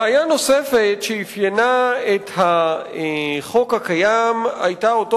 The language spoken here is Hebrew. בעיה נוספת שאפיינה את החוק הקיים היתה אותו